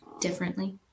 differently